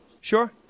sure